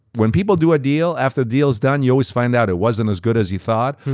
when people do a deal, after the deal is done, you always find out it wasn't as good as you thought,